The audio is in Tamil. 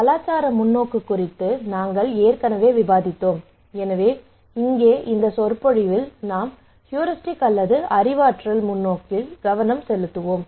கலாச்சார முன்னோக்கு குறித்து நாங்கள் ஏற்கனவே விவாதித்தோம் எனவே இங்கே இந்த சொற்பொழிவில் நாம் ஹூரிஸ்டிக் அல்லது அறிவாற்றல் முன்னோக்கில் கவனம் செலுத்துவோம்